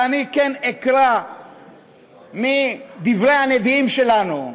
ואני, כן, אקרא מדברי הנביאים שלנו.